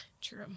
True